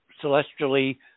celestially